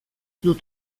dut